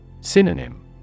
Synonym